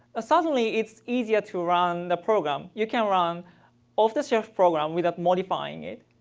ah suddenly, it's easier to run the program. you can run off-the-shelf program without modifying it.